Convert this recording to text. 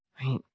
Right